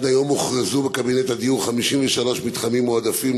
עד היום הוכרזו בקבינט הדיור 53 מתחמים מועדפים